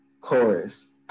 Chorus